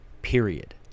Period